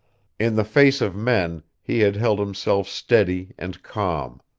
in the face of men, he had held himself steady and calm.